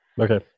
Okay